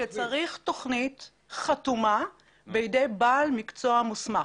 כשצריך תוכנית חתומה בידי בעל מקצוע מוסמך.